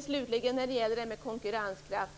Slutligen om konkurrenskraft.